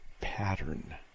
Pattern